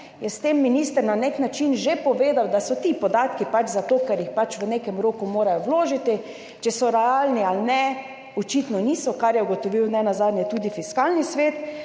je s tem minister na nek način že povedal, da so ti podatki pač zato, ker jih v nekem roku morajo vložiti, če so realni ali ne, očitno niso, kar je ugotovil nenazadnje tudi Fiskalni svet,